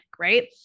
Right